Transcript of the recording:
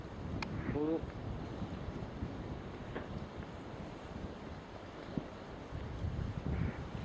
ᱦᱩᱲᱩ